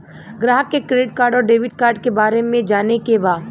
ग्राहक के credit card और डेविड कार्ड के बारे में जाने के बा?